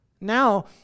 Now